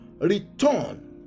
return